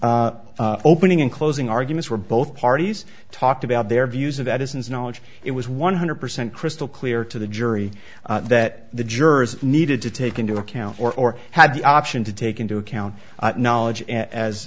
parties opening and closing arguments where both parties talked about their views of that is knowledge it was one hundred percent crystal clear to the jury that the jurors needed to take into account or had the option to take into account knowledge as